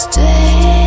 Stay